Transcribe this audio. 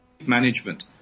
management